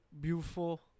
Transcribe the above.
beautiful